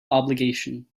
obligation